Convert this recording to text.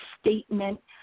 statement